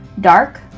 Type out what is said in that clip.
Dark